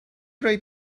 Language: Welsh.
roi